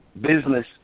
business